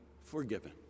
forgiven